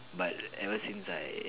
but ever since I